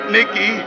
Nikki